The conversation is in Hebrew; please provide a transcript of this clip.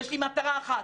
יש לי מטרה אחת,